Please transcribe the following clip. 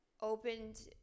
opened